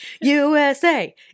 USA